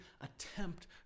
attempt